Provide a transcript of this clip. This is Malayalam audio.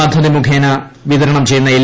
പദ്ധതി മുഖേന വിതരണം ചെയ്യുന്ന എൽ